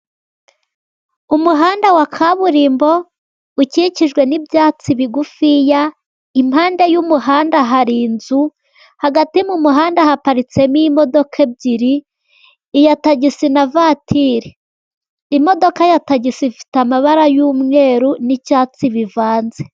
Umuhanda wa kaburimbo ukikijwe n'ibyatsi bigufi. Impande y'umuhanda hari inzu, hagati mu muhanda haparitsemo imodoka ebyiri, iya tagisi, na vatire. Imodoka ya tagisi ifite amabara y'umweru n'icyatsi bivanze.